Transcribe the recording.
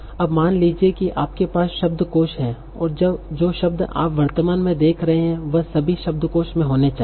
अब मान लीजिए कि आपके पास शब्दकोश है और जो शब्द आप वर्तमान में देख रहे हैं वह सभी शब्दकोश में होने चाहिए